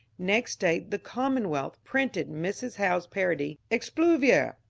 next day the commonwealth printed mrs. howe's parody, expluvior!